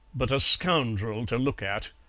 but a scoundrel to look at.